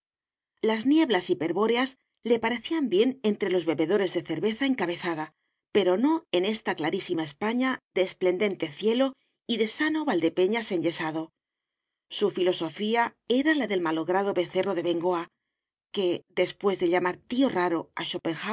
las nieblas hiperbóreas le parecían bien entre los bebedores de cerveza encabezada pero no en esta clarísima españa de esplendente cielo y de sano valdepeñas enyesado su filosofía era la del malogrado becerro de bengoa que después de llamar tío raro